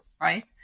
right